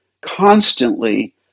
constantly